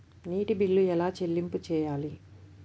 నీటి బిల్లు ఎలా చెల్లింపు చేయాలి?